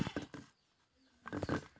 Mobile लोत कतला टाका भरवा होचे?